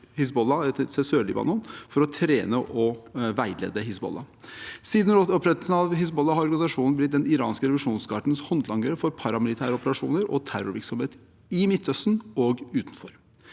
til Sør-Libanon for å trene og veilede Hizbollah. Siden opprettelsen av Hizbollah har organisasjonen blitt den iranske revolusjonsgardens håndlangere for paramilitære operasjoner og terrorvirksomhet i Midtøsten og utenfor.